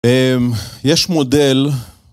אממ... יש מודל...